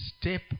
step